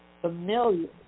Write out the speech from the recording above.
familiar